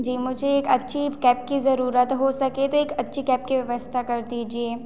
जी मुझे एक अच्छी कैब की ज़रूरत हो सके तो एक अच्छी कैब की व्यवस्था कर दीजिए